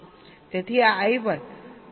તેથી આ I1 પરિણામ T2 પર જશે